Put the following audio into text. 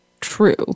true